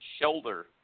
shoulder